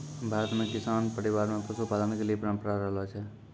भारत मॅ किसान परिवार मॅ पशुपालन के परंपरा रहलो छै